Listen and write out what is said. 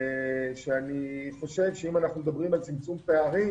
אני חושב שאם אנחנו מדברים על צמצום פערים,